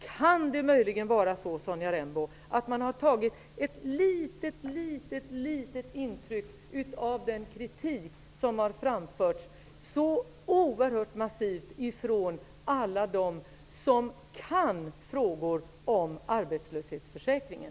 Kan det möjligen vara så, Sonja Rembo, att man har tagit ett litet, litet intryck av den kritik som så oerhört massivt har framförts från alla dem som kan frågor som gäller arbetslöshetsförsäkringen?